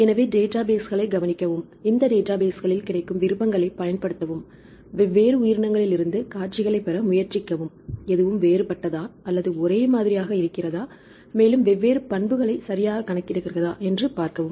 எனவே டேட்டாபேஸ்களைக் கவனிக்கவும் இந்த டேட்டாபேஸ்களில் கிடைக்கும் விருப்பங்களைப் பயன்படுத்தவும் வெவ்வேறு உயிரினங்களிலிருந்து காட்சிகளைப் பெற முயற்சிக்கவும் எதுவும் வேறுபட்டதா அல்லது ஒரே மாதிரியானதாக இருக்கிறதா மேலும் வெவ்வேறு பண்புகளை சரியாகக் கணக்கிடுகிறதா என்று பார்க்கவும்